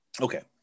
Okay